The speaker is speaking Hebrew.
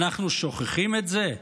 אנחנו שוכחים את זה?